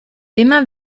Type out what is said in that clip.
immer